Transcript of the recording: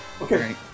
Okay